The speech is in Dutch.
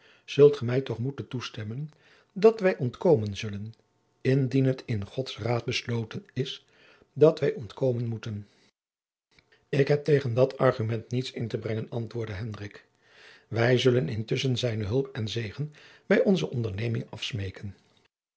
zult ge mij toch moeten toestemmen dat wij ontkomen zullen indien het in gods raad besloten is dat wij ontkomen moeten ik heb tegen dat argument niets in te brengen antwoordde hendrik wij zullen intusschen zijne hulp en zegen bij onze onderneming afsmeeken